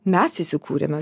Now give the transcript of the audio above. mes įsikūrėme